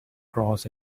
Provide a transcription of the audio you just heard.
cross